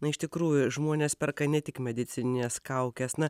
na iš tikrųjų žmonės perka ne tik medicinines kaukes na